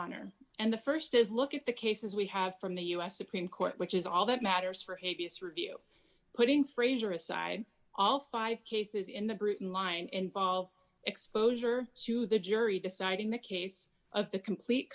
honor and the st is look at the cases we have from the us supreme court which is all that matters for haiti this review putting fraser aside all five cases in the britain line involve exposure to the jury deciding the case of the complete